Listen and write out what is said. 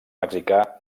mexicà